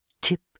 tip